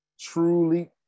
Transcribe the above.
truly